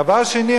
דבר שני,